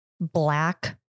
black